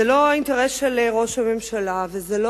זה לא האינטרס של ראש הממשלה וזה לא